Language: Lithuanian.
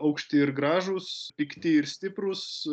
aukšti ir gražūs pikti ir stiprūs